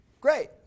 Great